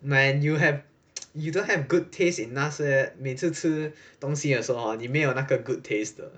man you have you don't have good taste in 那些每次吃东西的时候 hor 你没有那个 good taste 的